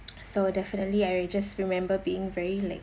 so definitely I just remember being very like